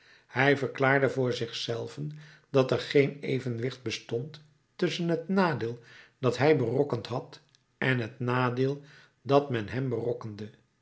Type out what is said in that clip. hij verklaarde voor zich zelven dat er geen evenwicht bestond tusschen het nadeel dat hij berokkend had en t nadeel dat men hem berokkende